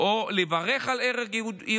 או לברך על הרג יהודים